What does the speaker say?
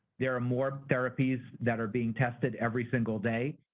there are more therapies that are being tested every single day.